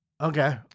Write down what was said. Okay